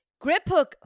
Griphook